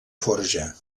forja